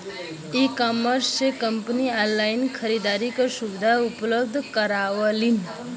ecommerce से company online खरीदारी क सुविधा उपलब्ध करावलीन